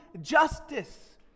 justice